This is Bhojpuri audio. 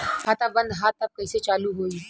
खाता बंद ह तब कईसे चालू होई?